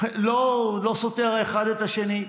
אני יודע.